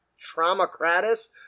Traumacratus